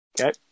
Okay